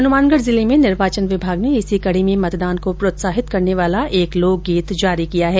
हनुमानगढ़ जिला निर्वाचन विभाग ने इसी कड़ी में मतदान को प्रोत्साहित करने वाला एक लोकगीत जारी किया है